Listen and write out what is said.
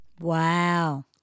Wow